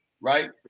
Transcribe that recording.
right